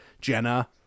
Jenna